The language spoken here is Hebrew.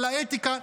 על האתיקה.